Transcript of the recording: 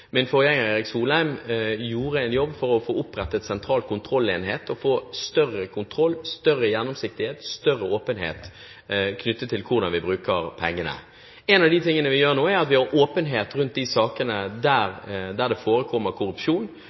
Min forgjenger, Erik Solheim, gjorde en jobb for å få opprettet Sentral kontrollenhet og få større kontroll, større gjennomsiktighet og større åpenhet knyttet til hvordan vi bruker pengene. En av de tingene vi gjør nå, er at vi har åpenhet rundt de sakene der det forekommer korrupsjon.